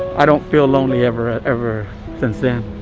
i don't feel lonely ever ever since then.